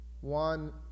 One